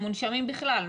הם מונשמים בכלל,